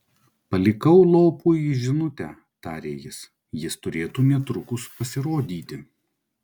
palikau lopui žinutę tarė jis jis turėtų netrukus pasirodyti